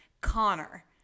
Connor